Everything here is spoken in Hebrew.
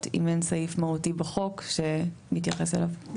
אם אין סעיף מהותי בחוק שמתייחס אליו.